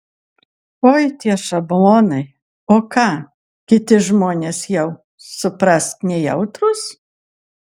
oi tie šablonai o ką kiti žmonės jau suprask nejautrūs